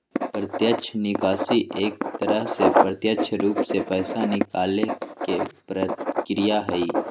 प्रत्यक्ष निकासी एक तरह से प्रत्यक्ष रूप से पैसा निकाले के प्रक्रिया हई